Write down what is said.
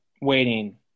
waiting